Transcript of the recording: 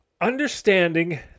understanding